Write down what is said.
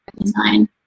design